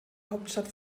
hauptstadt